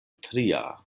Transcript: tria